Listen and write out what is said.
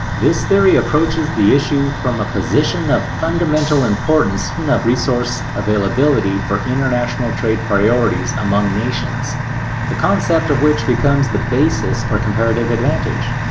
this theory approaches the issue from a position of fundamental importance and of resource availability for international trade priorities among nations the concept which becomes the basis for comparative advantage.